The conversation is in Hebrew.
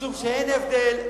משום שאין הבדל,